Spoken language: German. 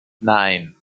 nein